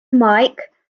mike